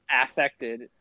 affected